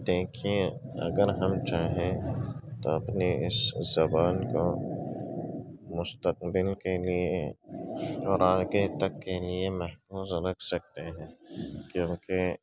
دیکھیے اگر ہم چاہیں تو اپنے اس اس زبان کو مستقبل کے لیے اور آگے تک کے لیے محفوظ رکھ سکتے ہیں کیونکہ